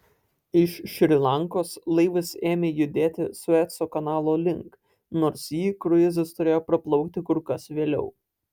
iš šri lankos laivas ėmė judėti sueco kanalo link nors jį kruizas turėjo praplaukti kur kas vėliau